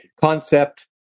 concept